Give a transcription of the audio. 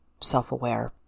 self-aware